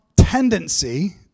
tendency